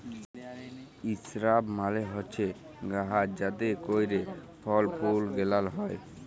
ইসরাব মালে হছে গাহাচ যাতে ক্যইরে ফল ফুল গেলাল হ্যয়